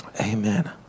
Amen